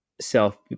self